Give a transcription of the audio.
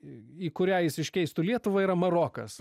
į kurią jis iškeistų lietuvą yra marokas